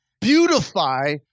beautify